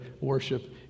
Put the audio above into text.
worship